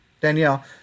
Danielle